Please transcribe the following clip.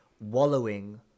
wallowing